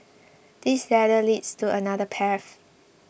this ladder leads to another path